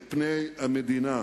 אנחנו משנים את פני המדינה.